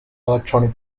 electronic